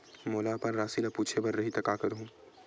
मोला अपन राशि ल पूछे बर रही त का करहूं?